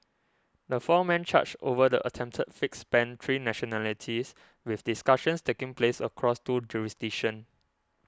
the four men charged over the attempted fix spanned three nationalities with discussions taking place across two jurisdictions